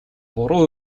буруу